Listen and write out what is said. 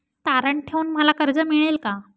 तारण ठेवून मला कर्ज मिळेल का?